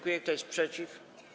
Kto jest przeciw?